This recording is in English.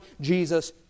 Jesus